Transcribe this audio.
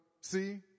See